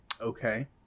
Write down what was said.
okay